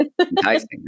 enticing